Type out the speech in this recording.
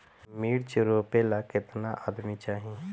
मिर्च रोपेला केतना आदमी चाही?